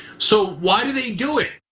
so why do they do it?